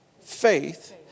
faith